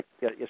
Yes